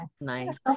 Nice